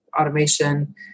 automation